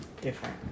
Different